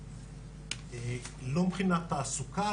לא מבחינת תעסוקה,